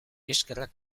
eskerrak